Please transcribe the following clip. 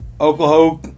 Oklahoma